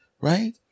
right